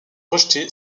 rejeté